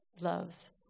loves